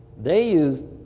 they use